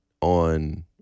on